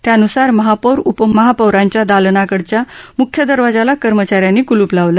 त्यानूसार महापौर उपमहापौरांच्याच्या दालनाकडच्या मुख्य दरवाजाला कर्मचा यांनी कलूप लावलं